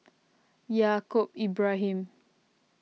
Yaacob Ibrahim